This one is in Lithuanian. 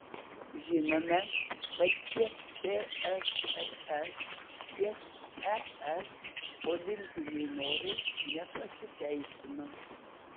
žinome kad tiek tsrs tiek ir es olimpiniai norai nepasiteisino